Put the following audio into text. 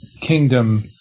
kingdom